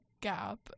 gap